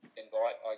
invite